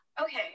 okay